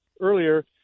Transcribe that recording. earlier